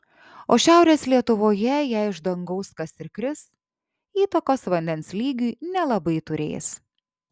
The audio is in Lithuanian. o šiaurės lietuvoje jei iš dangaus kas ir kris įtakos vandens lygiui nelabai turės